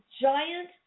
giant